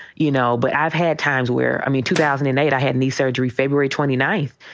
you know, but i've had times where i mean, two thousand and eight, i had knee surgery february twenty ninth.